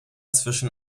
zwischen